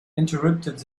interrupted